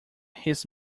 his